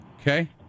Okay